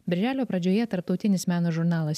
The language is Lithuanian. birželio pradžioje tarptautinis meno žurnalas